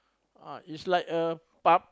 ah is like a pub